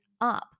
up